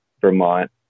Vermont